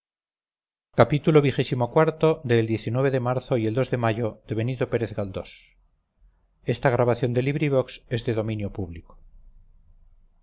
xxvi xxvii xxviii xxix xxx el de marzo y el de mayo de